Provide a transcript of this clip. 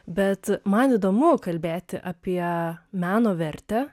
bet man įdomu kalbėti apie meno vertę